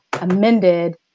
amended